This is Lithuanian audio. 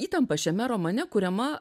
įtampa šiame romane kuriama